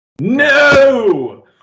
No